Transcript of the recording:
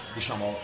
diciamo